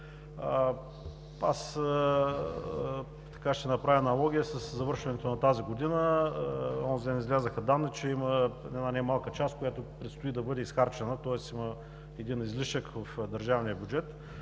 Аз ще направя аналогия със завършването на тази година. Онзи ден излязоха данни, че има една немалка част, която предстои да бъде изхарчена, тоест излишък в държавния бюджет,